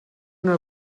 una